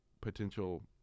potential